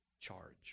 charge